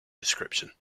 description